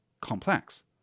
complex